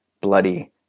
bloody